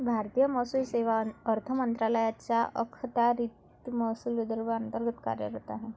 भारतीय महसूल सेवा अर्थ मंत्रालयाच्या अखत्यारीतील महसूल विभागांतर्गत कार्यरत आहे